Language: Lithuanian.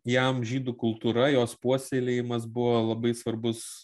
jam žydų kultūra jos puoselėjimas buvo labai svarbus